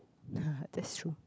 that's true